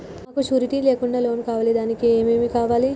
మాకు షూరిటీ లేకుండా లోన్ కావాలి దానికి ఏమేమి కావాలి?